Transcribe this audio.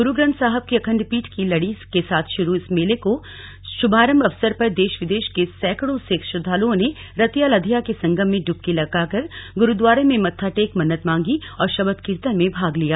गुरु ग्रन्थ साहब की अखण्ड पाठ की लड़ी के साथ शुरू इस मेले का शुभारम्भ अवसर पर देश विदेश से र्सेकड़ों सिख श्रदालुओं ने रतिया लधिया के संगम में ड्बकी लगाकर गुरुद्वारे में मत्था टेक मन्नत मांगी और शबद कीर्तन में भाग लिया